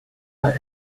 let